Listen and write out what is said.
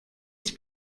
its